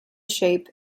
shape